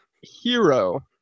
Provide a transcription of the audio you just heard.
hero